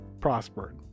prospered